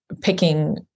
picking